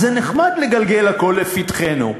אז זה נחמד לגלגל הכול לפתחנו,